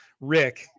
rick